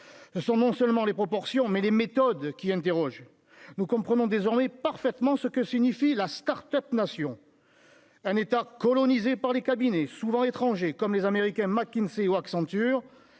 sont non seulement les proportions mais les méthodes qui interroge : nous comprenons désormais parfaitement ce que signifie la Start-Up nation. Un État colonisé par les cabinets, souvent étrangers comme les américains McKinsey ou Accenture